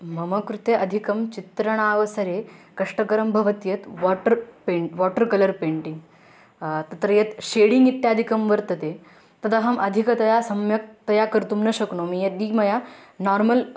मम कृते अधिकं चित्रणावसरे कष्टकरं भवत्यत् water paint water colour painting तत्र यत् षेडिङ्ग् इत्यादिकं वर्तते तदहम् अधिकतया सम्यक्तया कर्तुं न शक्नोमि यदि मया नार्मल्